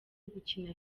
gukina